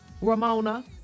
Ramona